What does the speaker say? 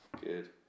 Good